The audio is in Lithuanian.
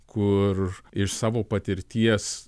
kur iš savo patirties